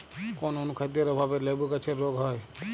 কোন অনুখাদ্যের অভাবে লেবু গাছের রোগ হয়?